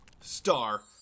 star